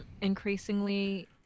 increasingly